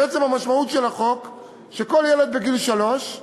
בעצם משמעות החוק היא שכל ילד בגיל שלוש,